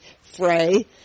Frey